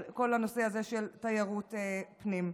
כל הנושא הזה של תיירות פנים.